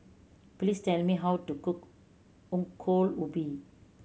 please tell me how to cook Ongol Ubi